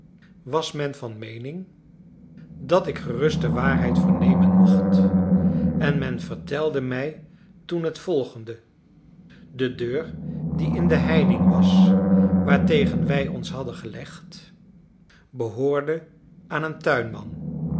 was men van meening dat ik gerust de waarheid vernemen mocht en men vertelde mij toen het volgende de deur die in de heining was waartegen wij ons hadden gelegd behoorde aan een tuinman